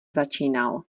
začínal